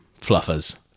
fluffers